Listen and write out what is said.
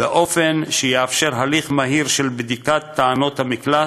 באופן שיאפשר הליך מהיר של בדיקת טענות המקלט.